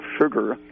sugar